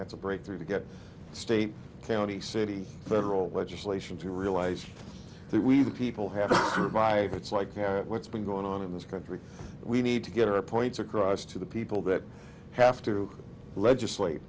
that's a breakthrough to get state county city federal legislation to realize that we the people have to revive it's like what's been going on in this country we need to get our points across to the people that have to legislate